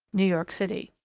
new york city.